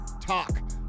talk